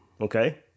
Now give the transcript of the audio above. Okay